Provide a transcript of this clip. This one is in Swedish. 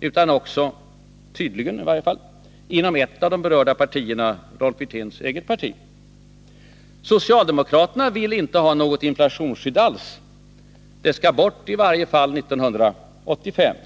utan också — tydligen i varje fall - inom ett av de berörda partierna, nämligen Rolf Wirténs eget parti. Socialdemokraterna vill inte ha något inflationsskydd alls — det skall bort i varje fall år 1985.